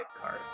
card